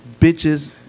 bitches